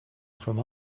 from